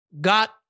got